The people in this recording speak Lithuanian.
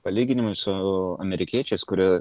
palyginimui su amerikiečiais kurie